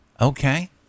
okay